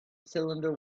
cylinder